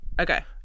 okay